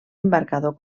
embarcador